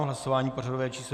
Hlasování pořadové číslo 257.